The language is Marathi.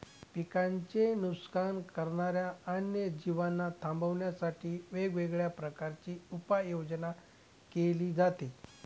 पिकांचे नुकसान करणाऱ्या अन्य जीवांना थांबवण्यासाठी वेगवेगळ्या प्रकारची उपाययोजना केली जाते